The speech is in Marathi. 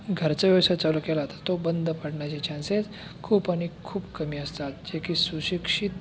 घरचा व्यवसाय चालू केला तर तो बंद पडण्याचे चान्सेस खूप आणि खूप कमी असतात जे की सुशिक्षित